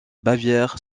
bavière